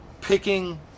picking